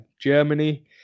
Germany